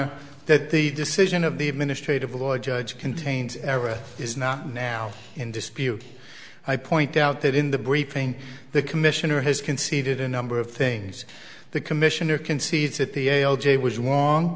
honor that the decision of the administrative law judge contains era is not now in dispute i point out that in the briefing the commissioner has conceded a number of things the commissioner concedes that the a l j was wrong